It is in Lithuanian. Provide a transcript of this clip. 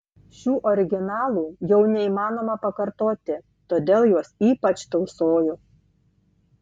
šių originalų jau neįmanoma pakartoti todėl juos ypač tausoju